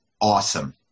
awesome